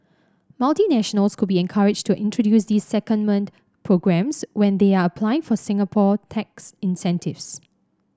multinationals could be encouraged to introduce these secondment programmes when they are applying for Singapore tax incentives